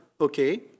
Okay